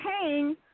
paying